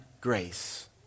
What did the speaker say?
grace